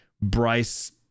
Bryce